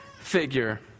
figure